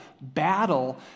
battle